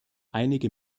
einige